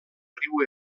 riu